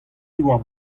diwar